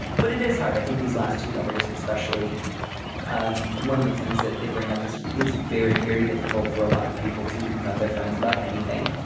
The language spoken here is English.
but it is hard. i think these last two letters especially um one of the things that they bring up is it's very very difficult for a lot of people to confront their friends about anything.